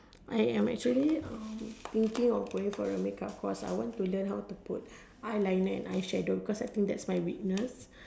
I'm actually thinking of going for a makeup course I want to learn how to put eyeliner and eye shadow because I think that's my weakness